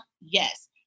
Yes